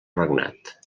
regnat